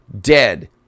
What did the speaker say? dead